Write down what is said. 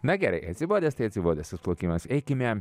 na gerai atsibodęs tai atsibodęs tas plaukimas eikime